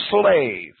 slave